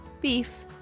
beef